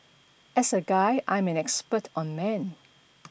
as a guy I'm an expert on men